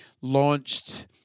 launched –